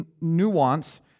nuance